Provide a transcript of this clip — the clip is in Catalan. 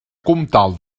comtal